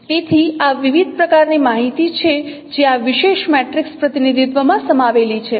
તેથી આ વિવિધ પ્રકારની માહિતી છે જે આ વિશેષ મેટ્રિક્સ પ્રતિનિધિત્વમાં સમાવેલી છે